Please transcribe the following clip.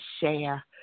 share